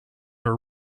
are